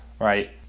right